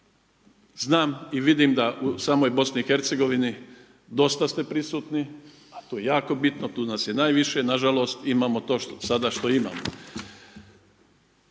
Znam i vidim da u samoj Bosni i Hercegovini dosta ste prisutni, a to je jako bitno, tu nas je najviše, na žalost imamo to što sada imamo.